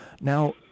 Now